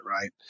right